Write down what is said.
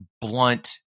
blunt